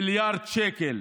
מיליארד שקל,